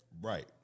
Right